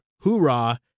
Hoorah